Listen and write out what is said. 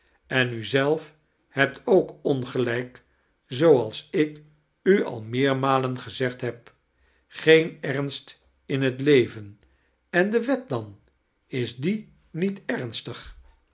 en u zelif hebt ook ongelijk zooals ik u al meermalen gezegd heb geen ernst in bet leven en de wet dan is die niet ernstig